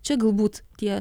čia galbūt tie